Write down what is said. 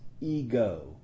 ego